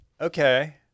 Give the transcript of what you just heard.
Okay